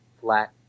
flat